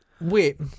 Wait